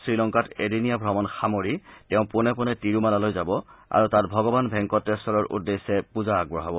শ্ৰীলংকাত এদিনীয়া ভ্ৰমণ সামৰি তেওঁ পোনে পোনে তিৰুমালালৈ যাব আৰু তাত ভগৱান ভেংকটেশ্বৰৰ উদ্দেশ্যে পূজা আগবঢ়াব